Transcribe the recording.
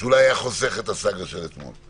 שאולי היה חוסך את הסאגה של אתמול.